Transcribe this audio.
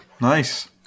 Nice